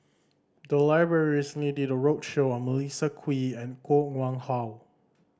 the library recently did a roadshow on Melissa Kwee and Koh Nguang How